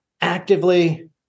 actively